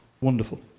Wonderful